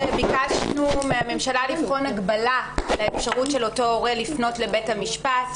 ביקשנו מהממשלה לבחון הגבלה של האפשרות של אותו הורה לפנות לבית המשפט.